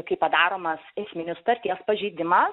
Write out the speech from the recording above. kai padaromas esminis sutarties pažeidimas